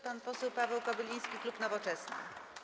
Pan poseł Paweł Kobyliński, klub Nowoczesna.